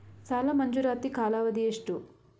ಸಾಲ ಮಂಜೂರಾತಿ ಕಾಲಾವಧಿ ಎಷ್ಟು?